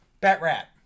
Bat-rat